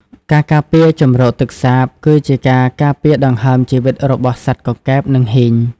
ការការពារជម្រកទឹកសាប គឺជាការការពារដង្ហើមជីវិតរបស់សត្វកង្កែប និងហ៊ីង។